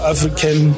African